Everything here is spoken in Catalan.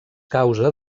causa